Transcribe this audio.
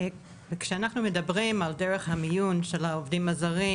כשאנחנו מדברים על דרך המיון של העובדים הזרים,